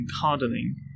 hardening